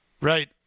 Right